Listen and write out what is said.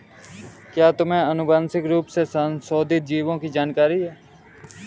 क्या तुम्हें आनुवंशिक रूप से संशोधित जीवों की जानकारी है?